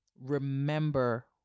remember